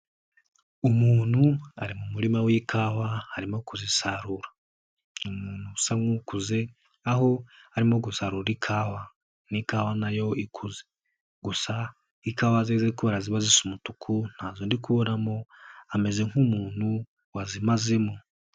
Umuntu ari mu murima w'ikawa arimo kuzisarura, umuntu usa nk'ukuze aho arimo gusarura ikawa. Ni ikawa nayo ikuze, gusa ikawa zeze kubera ziba zisa umutuku, ntazo ndikubonamo ameze nk'umuntu wazimazemo.